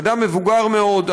אדם מבוגר מאוד,